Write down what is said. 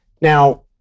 Now